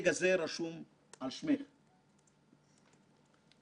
שטרח ועמל למען הצלחת הוועדה: